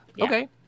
Okay